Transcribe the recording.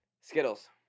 Skittles